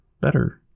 better